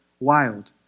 wild